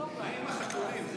מה יהיה עם החתולים?